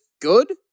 good